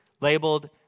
labeled